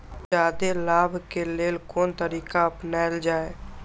जादे लाभ के लेल कोन तरीका अपनायल जाय?